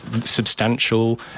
substantial